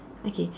okay